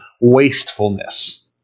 wastefulness